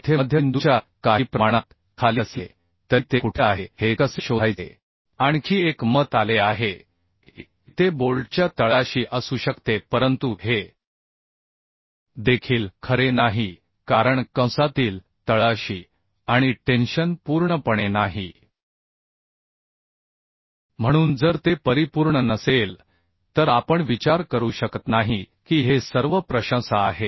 येथे मध्यबिंदूच्या काही प्रमाणात खाली असले तरी ते कुठे आहे हे कसे शोधायचे आणखी एक मत आले आहे की ते बोल्टच्या तळाशी असू शकते परंतु हे देखील खरे नाही कारण कंसातील तळाशी आणि टेन्शन पूर्णपणे नाही म्हणून जर ते परिपूर्ण नसेल तर आपण विचार करू शकत नाही की हे सर्व कॉम्पलीमेन्टस आहे